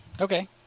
Okay